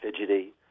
fidgety